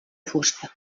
fusta